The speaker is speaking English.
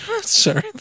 sorry